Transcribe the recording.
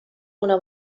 una